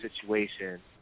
situation